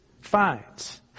finds